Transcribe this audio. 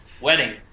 wedding